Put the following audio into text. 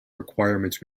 requirements